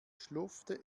schlurfte